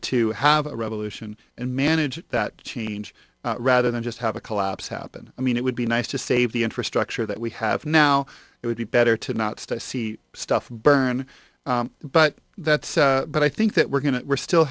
to have a revolution and manage that change rather than just have a collapse happen i mean it would be nice to save the infrastructure that we have now it would be better to not stay to see stuff burn but that's but i think that we're going to we're still